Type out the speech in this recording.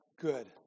good